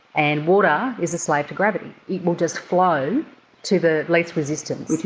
and water is a slave to gravity, it will just flow to the least resistance,